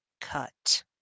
cut